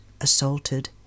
assaulted